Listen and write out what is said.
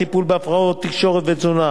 טיפול בהפרעות תקשורת ותזונה,